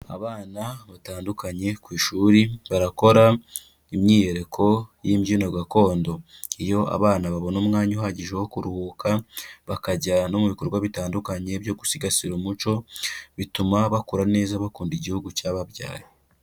Abana batandukanye ku ishuri barakora imyiyereko y'imbyino gakondo, iyo abana babona umwanya uhagije wo kuruhuka, bakajya no mu bikorwa bitandukanye byo gusigasira umuco, bituma bakura neza bakunda igihugu cyababyaye.